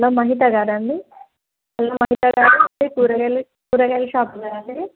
hello మహితాగారాండి hello మహితగారు కూరగాయలు కూరగాయల షాప్ ఉన్నదాండి